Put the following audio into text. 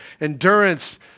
Endurance